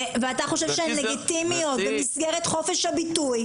ואתה חושב שהן לגיטימיות במסגרת חופש הביטוי,